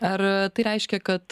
ar tai reiškia kad